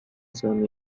some